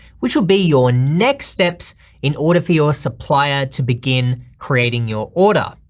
which will be your next steps in order for your supplier to begin creating your order.